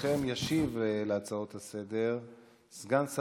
הוא יודע איך לדבר מהר, מה.